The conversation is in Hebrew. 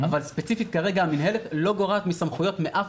אבל ספציפית כרגע המנהלת לא גורעת מהסמכויות של אף